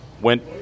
went